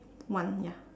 one ya